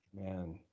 man